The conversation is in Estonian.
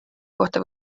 kohta